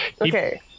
okay